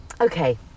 okay